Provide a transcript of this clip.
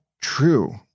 true